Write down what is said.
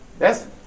Yes